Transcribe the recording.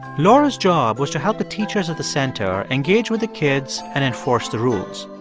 laura's job was to help the teachers at the center engage with the kids and enforce the rules